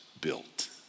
built